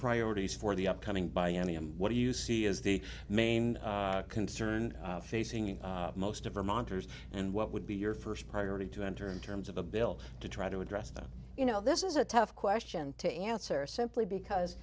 priorities for the upcoming bayani and what do you see is the main concern facing most of the monitors and what would be your first priority to enter in terms of a bill to try to address that you know this is a tough question to answer simply because